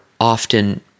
often